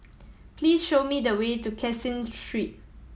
please show me the way to Caseen Street